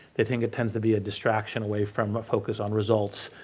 they think it tends to be a distraction away from a focus on results,